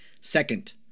Second